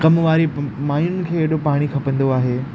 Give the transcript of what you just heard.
कम वारी माइयुनि खे हेॾो पाणी खपंदो आहे